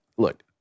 Look